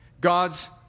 God's